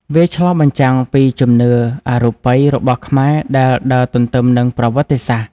វាឆ្លុះបញ្ចាំងពីជំនឿអរូបិយរបស់ខ្មែរដែលដើរទន្ទឹមនឹងប្រវត្តិសាស្ត្រ។